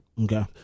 Okay